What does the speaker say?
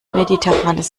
mediterranes